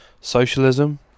Socialism